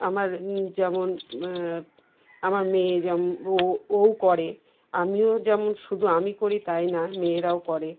আমার যেমন আমার মেয়ে যেমন ও ও করে আমিও যেমন শুধু আমি করি তাই না মেয়েরাও করে